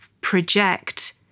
project